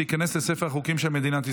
וייכנס לספר החוקים של מדינת ישראל.